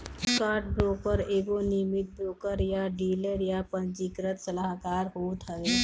stockbroker एगो नियमित broker या डीलर या पंजीकृत सलाहकार होत हवे